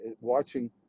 watching